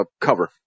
cover